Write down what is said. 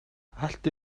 алт